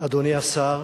אדוני השר,